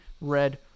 Red